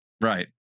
right